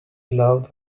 loud